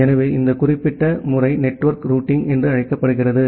எனவே இந்த குறிப்பிட்ட முறை நெட்வொர்க் ரூட்டிங் என்று அழைக்கப்படுகிறது